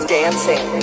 dancing